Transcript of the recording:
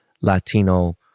Latino